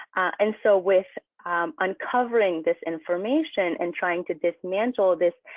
and so with uncovering this information and trying to dismantle this